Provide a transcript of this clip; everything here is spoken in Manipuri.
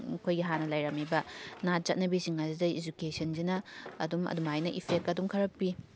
ꯑꯩꯈꯣꯏꯒꯤ ꯍꯥꯟꯅ ꯂꯩꯔꯝꯃꯤꯕ ꯅꯥꯠ ꯆꯠꯅꯕꯤꯁꯤꯡ ꯑꯁꯤꯗ ꯏꯖꯨꯀꯦꯁꯟꯁꯤꯅ ꯑꯗꯨꯝ ꯑꯗꯨꯃꯥꯏꯅ ꯏꯐꯦꯛ ꯑꯗꯨꯝ ꯈꯔ ꯄꯤ